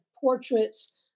portraits